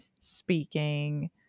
speaking